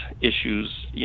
issues